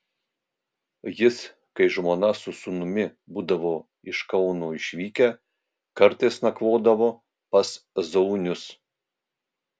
jis kai žmona su sūnumi būdavo iš kauno išvykę kartais nakvodavo pas zaunius